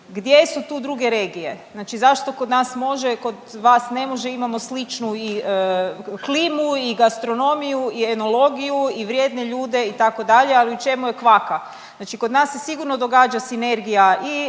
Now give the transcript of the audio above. Gdje su tu druge regije? Znači zašto kod nas može kod vas ne može imamo sličnu i klimu i gastronomiju i enologiju i vrijedne ljude itd., ali u čemu je kvaka? Znači kod nas se sigurno događa sinergija